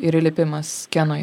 ir įlipimas kenoj